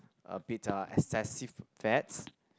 a bit uh excessive fats